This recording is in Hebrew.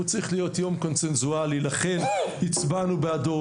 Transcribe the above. הוא צריך להיום יום קונצנזואלי, לכן הצבענו בעדו,